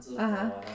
(uh huh)